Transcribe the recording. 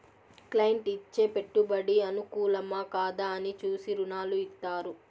client ఇచ్చే పెట్టుబడి అనుకూలమా, కాదా అని చూసి రుణాలు ఇత్తారు